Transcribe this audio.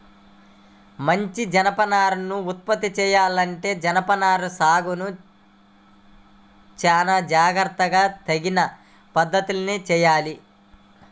మంచి జనపనారను ఉత్పత్తి చెయ్యాలంటే జనపనార సాగును చానా జాగర్తగా తగిన పద్ధతిలోనే చెయ్యాలి